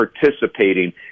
participating